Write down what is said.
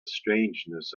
strangeness